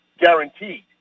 guaranteed